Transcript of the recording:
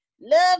love